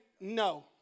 No